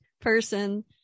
person